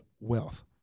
wealth